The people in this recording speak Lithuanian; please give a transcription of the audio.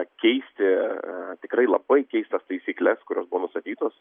pakeisti tikrai labai keistas taisykles kurios buvo nustatytos